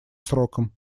сроком